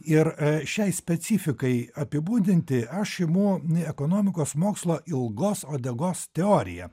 ir šiai specifikai apibūdinti aš imu ekonomikos mokslo ilgos uodegos teoriją